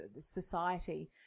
society